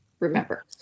remember